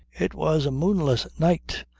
it was a moonless night,